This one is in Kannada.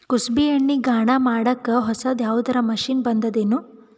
ಕುಸುಬಿ ಎಣ್ಣೆ ಗಾಣಾ ಮಾಡಕ್ಕೆ ಹೊಸಾದ ಯಾವುದರ ಮಷಿನ್ ಬಂದದೆನು?